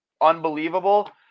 unbelievable